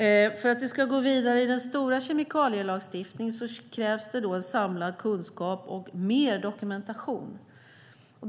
För att det ska gå vidare i den stora kemikalielagstiftningen krävs det samlad kunskap och mer dokumentation.